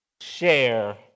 share